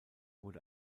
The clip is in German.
wurde